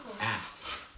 act